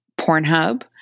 Pornhub